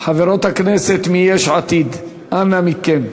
חברות הכנסת מיש עתיד, אנא מכן.